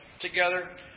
together